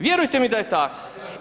Vjerujte mi da je tako.